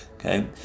Okay